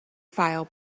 file